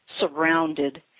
surrounded